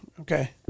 okay